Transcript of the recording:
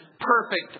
perfect